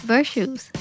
Virtues